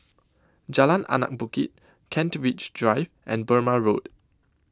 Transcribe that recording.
Jalan Anak Bukit Kent Ridge Drive and Burmah Road